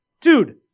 Dude